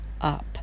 up